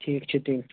ٹھیٖک چھُ تیٚلہِ